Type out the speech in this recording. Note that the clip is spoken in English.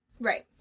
Right